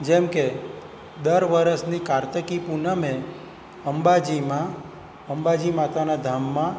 જેમકે દર વરસની કાર્તકી પૂનમે અંબાજીમાં અંબાજી માતાના ધામમાં